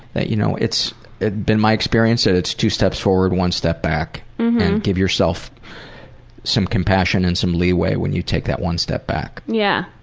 you know, it's been my experience that it's two steps forward, one step back, and give yourself some compassion and some leeway when you take that one step back. yeah,